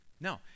No